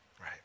Right